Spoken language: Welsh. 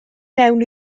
mewn